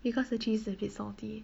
because the cheese is a bit salty